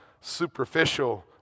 superficial